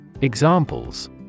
Examples